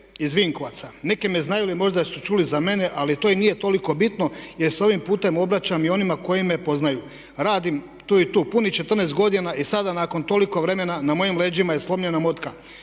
iz Vinkovaca, neki me znaju ili možda su čuli za mene ali to i nije toliko bitno jer se ovim putem obraćam i onima koji me poznaju, radim tu i tu, punih 14 godina i sada nakon toliko vremena na mojim leđima je slomljena motika.